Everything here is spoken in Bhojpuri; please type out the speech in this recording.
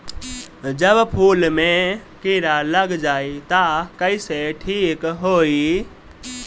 जब फूल मे किरा लग जाई त कइसे ठिक होई?